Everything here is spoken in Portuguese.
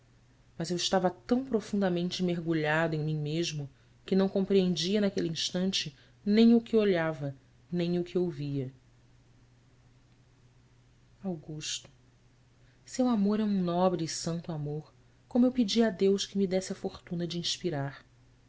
mas eu estava tão profundamente mergulhado em mim mesmo que não compreendia naquele instante nem o que olhava nem o que ouvia ugusto eu amor é um nobre e santo amor como eu pedia a deus que me desse a fortuna de inspirar